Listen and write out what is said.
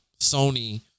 sony